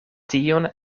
tion